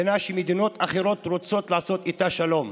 מדינה שמדינות אחרות רוצות לעשות איתה שלום,